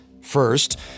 First